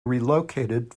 relocated